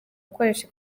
gukoresha